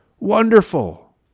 Wonderful